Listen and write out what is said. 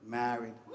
married